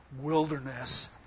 wilderness